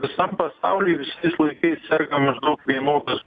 visam pasauly visais laikais serga maždaug vienodas